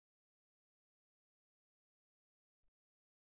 కాబట్టి అప్పటి వరకు బై తదుపరి ఉపన్యాసంలో మిమ్మల్ని చూస్తాము బై